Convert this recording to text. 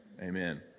Amen